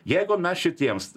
jeigu mes šitiems